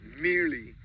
merely